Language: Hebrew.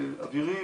אוויריים,